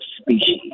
species